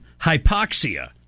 hypoxia